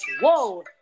Whoa